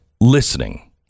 listening